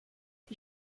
die